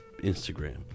Instagram